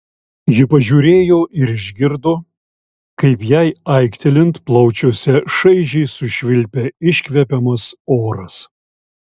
ji pažiūrėjo ir išgirdo kaip jai aiktelint plaučiuose šaižiai sušvilpia iškvepiamas oras